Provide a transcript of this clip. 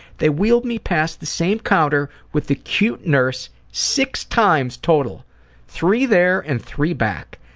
they wheeled me past the same counter with the cute nurse six times total three there, and three back.